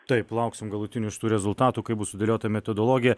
taip lauksim galutinių rezultatų kai bus sudėliota metodologija